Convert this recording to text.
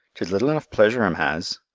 tis little enough pleasure em has.